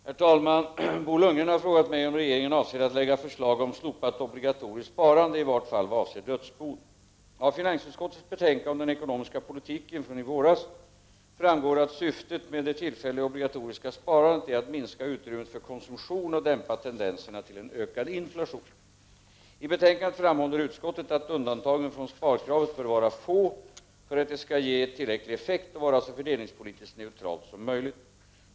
Herr talman! Bo Lundgren har frågat mig om regeringen avser att lägga fram förslag om slopat obligatoriskt sparande i vart fall vad avser dödsbon. Av finansutskottets betänkande från i våras om den ekonomiska politiken framgår att syftet med det tillfälliga obligatoriska sparandet är att minska utrymmet för konsumtion och dämpa tendenserna till en ökad inflation. I betänkandet framhåller utskottet att undantagen från sparkravet bör vara få för att det skall ge en tillräcklig effekt och vara så fördelningspolitiskt neutralt som möjligt.